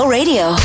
Radio